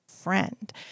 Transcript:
friend